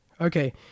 Okay